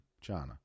China